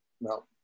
No